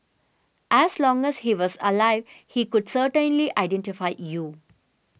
as long as he was alive he could certainly identify you